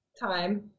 time